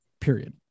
period